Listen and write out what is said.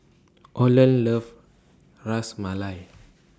Orland loves Ras Malai